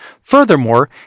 Furthermore